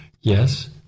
Yes